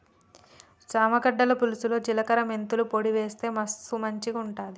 చామ గడ్డల పులుసులో జిలకర మెంతుల పొడి వేస్తె మస్తు మంచిగుంటది